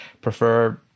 prefer